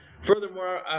furthermore